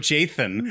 Jathan